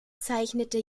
zeichnete